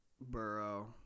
Burrow